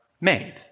made